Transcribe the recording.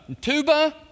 Tuba